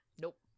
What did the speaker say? Nope